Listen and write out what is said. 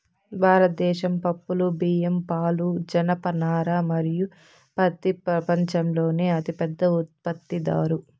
భారతదేశం పప్పులు, బియ్యం, పాలు, జనపనార మరియు పత్తి ప్రపంచంలోనే అతిపెద్ద ఉత్పత్తిదారు